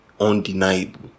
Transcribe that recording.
undeniable